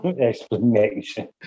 Explanation